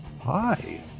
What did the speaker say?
Hi